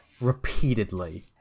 repeatedly